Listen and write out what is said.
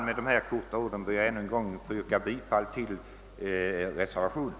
Med dessa få ord ber jag att än en gång få yrka bifall till reservationen.